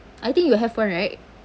I think you have one right